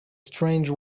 strange